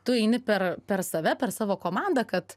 tu eini per per save per savo komandą kad